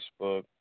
Facebook